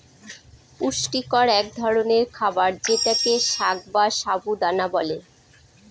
পুষ্টিকর এক ধরনের খাবার যেটাকে সাগ বা সাবু দানা বলে